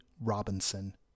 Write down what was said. Robinson